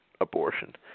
abortion